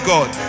God